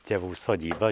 tėvų sodyba